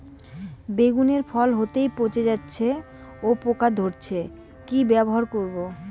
বেগুনের ফল হতেই পচে যাচ্ছে ও পোকা ধরছে কি ব্যবহার করব?